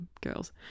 girls